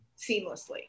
seamlessly